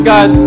God